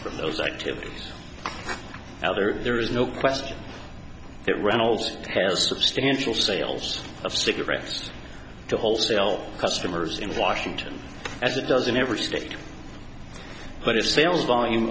from those activities whether there is no question that reynolds has substantial sales of cigarettes to wholesale customers in washington as it doesn't ever state but if sales volume